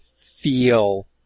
feel